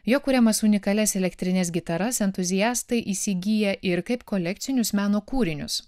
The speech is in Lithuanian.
jo kuriamas unikalias elektrines gitaras entuziastai įsigyja ir kaip kolekcinius meno kūrinius